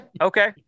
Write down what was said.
Okay